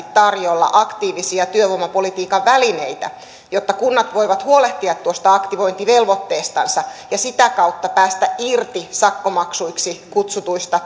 tarjolla aktiivisia työvoimapolitiikan välineitä jotta kunnat voivat huolehtia aktivointivelvoitteestansa ja sitä kautta päästä irti sakkomaksuiksi kutsutuista